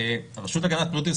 הרשות להגנת הפרטיות,